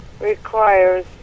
requires